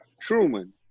Truman